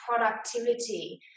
productivity